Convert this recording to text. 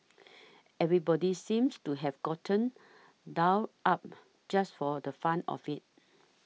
everybody seems to have gotten dolled up just for the fun of it